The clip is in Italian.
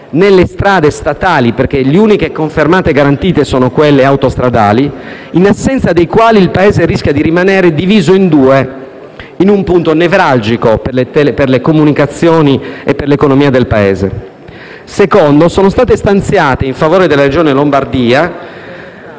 nelle strade statali - le uniche confermate e garantite sono quelle autostradali - in assenza dei quali il Paese rischia di rimanere diviso in due, in un punto nevralgico per le comunicazioni e l'economia del Paese. In secondo luogo, sono stanziate risorse in favore della Regione Lombardia